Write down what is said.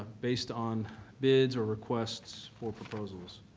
based on bids or requests for proposals.